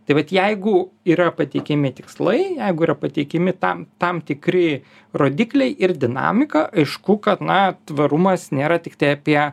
tai vat jeigu yra pateikiami tikslai jeigu yra pateikiami tam tam tikri rodikliai ir dinamika aišku kad na tvarumas nėra tiktai apie